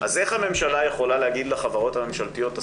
אז איך הממשלה יכולה להגיד לחברות הממשלתיות: